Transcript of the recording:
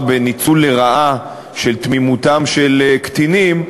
בניצול לרעה של תמימותם של קטינים,